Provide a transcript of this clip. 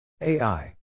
AI